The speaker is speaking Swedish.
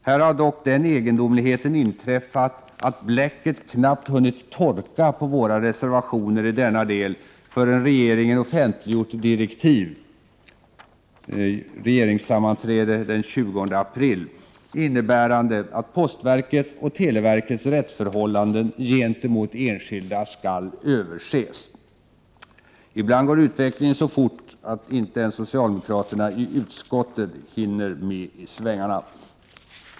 Här har dock den egendomligheten inträffat att bläcket knappt hunnit torka på våra reservationer i denna del, förrän regeringen offentliggjort direktiv — regeringssammanträde den 20 april — innebärande att postverkets och televerkets rättsförhållanden gentemot enskilda skall överses. Ibland går utvecklingen så fort att ej ens socialdemokraterna i utskottet hinner med i svängarna.